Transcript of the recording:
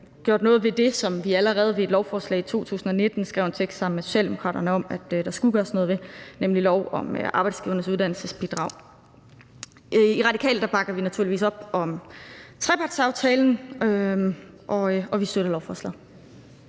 gjort noget ved det. Allerede i forbindelse med et lovforslag i 2019 skrev vi en tekst sammen med Socialdemokraterne om, at der skulle gøres noget ved det, nemlig lov om Arbejdsgivernes Uddannelsesbidrag. I Radikale bakker vi naturligvis op om trepartsaftalen, og vi støtter lovforslaget.